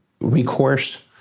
recourse